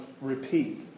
repeat